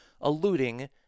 alluding